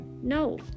no